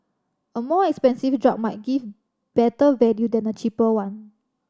a more expensive drug might give better value than a cheaper one